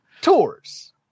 Tours